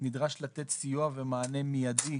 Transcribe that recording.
נדרש לתת סיוע ומענה מיידי